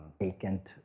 vacant